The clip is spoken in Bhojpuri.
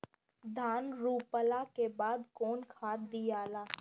धान रोपला के बाद कौन खाद दियाला?